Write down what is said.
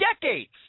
decades